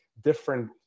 different